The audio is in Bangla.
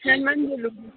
হ্যাঁ ম্যাম বলুন